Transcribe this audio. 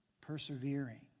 persevering